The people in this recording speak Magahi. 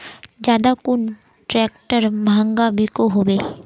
ज्यादा कुन ट्रैक्टर महंगा बिको होबे?